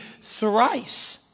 thrice